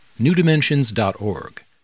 newdimensions.org